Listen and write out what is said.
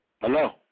Hello